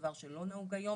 דבר שלא נהוג היום.